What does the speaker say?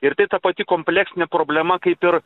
ir tai ta pati kompleksinė problema kaip ir